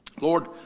Lord